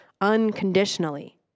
unconditionally